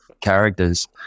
characters